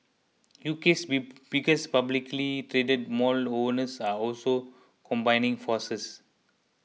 UK's biggest publicly traded mall owners are also combining forces